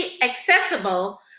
accessible